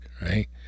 Right